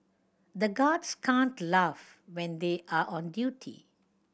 the guards can't laugh when they are on duty